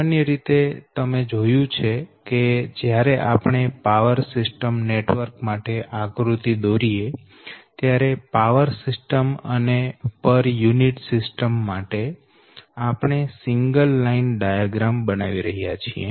સામાન્ય રીતે તમે જોયું છે કે જ્યારે આપણે પાવર સિસ્ટમ નેટવર્ક માટે આકૃતિ દોરીએ ત્યારે પાવર સિસ્ટમ અને પર યુનીટ સિસ્ટમ માટે આપણે સિંગલ લાઈન ડાયાગ્રામ બનાવી રહ્યા છીએ